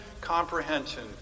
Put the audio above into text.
comprehension